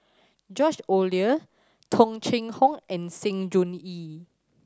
George Oehler Tung Chye Hong and Sng Choon Yee